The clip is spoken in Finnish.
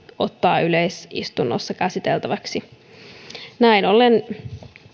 ottaa yleisistunnossa käsiteltäväksi näin ollen